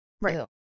Right